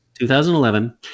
2011